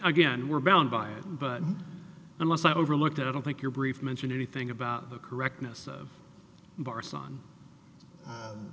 again we're bound by it but i must not overlook that i don't think your brief mention anything about the correctness of our son